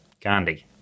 Gandhi